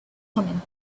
thummim